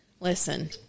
listen